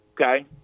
okay